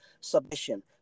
submission